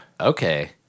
okay